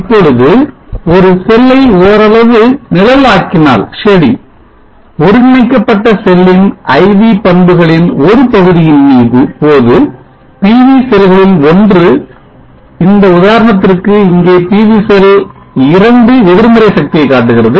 இப்பொழுது ஒரு செல்லை ஓரளவு நிழல் ஆக்கினால் ஒருங்கிணைக்கப்பட்ட செல்லின் IV பண்புகளின் ஒரு பகுதியின் போது PV செல்களுள் ஒன்று இந்த உதாரணத்திற்கு இங்கே PV செல் 2 எதிர்மறை சக்தியை காட்டுகிறது